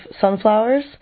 sunflowers